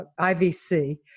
IVC